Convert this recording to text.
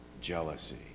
Jealousy